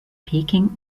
peking